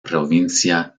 provincia